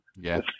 yes